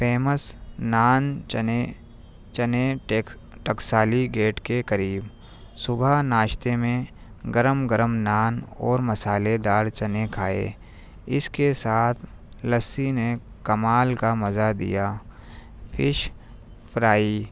famous نان چنے چنے ٹکسالی گیٹ کے قریب صبح ناشتے میں گرم گرم نان اور مصالحے دار چنے کھائے اس کے ساتھ لسّی نے کمال کا مزہ دیا فش فرائی